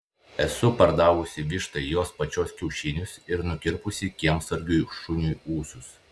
esu pardavusi vištai jos pačios kiaušinius ir nukirpusi kiemsargiui šuniui ūsus